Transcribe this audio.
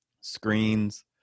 Screens